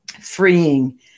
Freeing